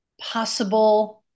possible